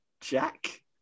Jack